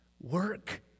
Work